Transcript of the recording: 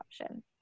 option